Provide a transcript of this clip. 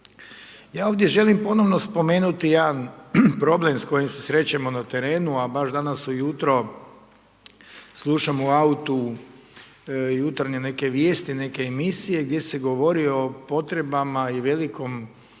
Ja ovdje želim ponovno spomenuti jedan problem s kojim se srećemo na terenu, a baš danas ujutro slušam u autu jutarnje neke vijesti, neke emisije gdje se govori o potrebama i velikom